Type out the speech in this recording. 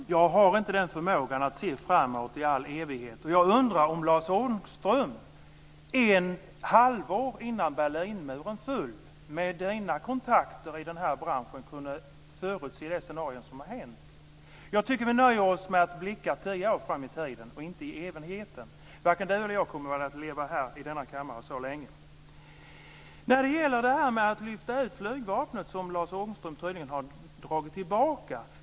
Fru talman! Jag har inte förmågan att se framåt i all evighet. Jag undrar om Lars Ångström, med sina kontakter i den här branschen, ett halvår innan Berlinmuren föll kunde förutse det scenario som har varit. Jag tycker att vi nöjer oss med att blicka tio år framåt i tiden och inte i all evighet. Varken Lars Ångström eller jag kommer väl att leva här i denna kammare så länge. Lars Ångström har tydligen dragit tillbaka förslaget att lyfta ut flygvapnet.